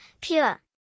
pure